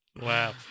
Wow